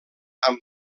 amb